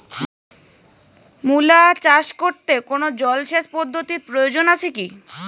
মূলা চাষ করতে কোনো জলসেচ পদ্ধতির প্রয়োজন আছে কী?